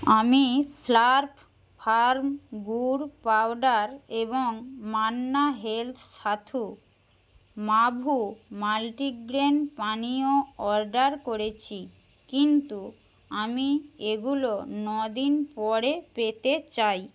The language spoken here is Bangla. আমি স্লার্প ফার্ম গুড় পাউডার এবং মান্না হেলথ সাথু মাভু মাল্টিগ্রেন পানীয় অর্ডার করেছি কিন্তু আমি এগুলো নদিন পরে পেতে চাই